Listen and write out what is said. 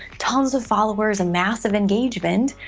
tons of followers and massive engagement,